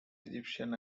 egyptian